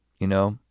you know?